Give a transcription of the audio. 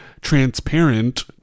transparent